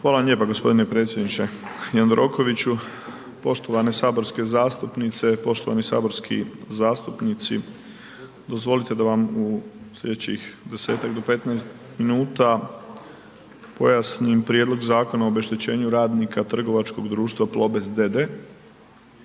vam lijepa gospodine predsjedniče Jandrokoviću. Poštovane saborske zastupnice, poštovani saborski zastupnici. Dozvolite da vam u sljedećih desetak do petnaest minuta pojasnim Prijedlog zakona o obeštećenju radnika Trgovačkog društva „Plobest